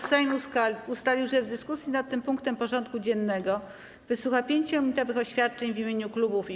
Sejm ustalił, że w dyskusji nad tym punktem porządku dziennego wysłucha 5-minutowych oświadczeń w imieniu klubów i kół.